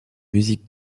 musiques